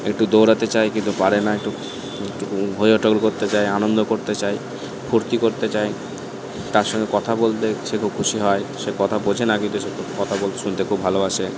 একটু দৌড়াতে চায় কিন্তু পারে না একটু করতে চায় আনন্দ করতে চায় ফূর্তি করতে চায় তার সঙ্গে কথা বললে সে খুব খুশি হয় সে কথা বোঝে না কিন্তু সে কথাগুলো শুনতে খুব ভালোবাসে